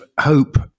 hope